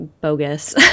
bogus